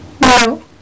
No